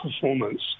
performance